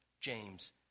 James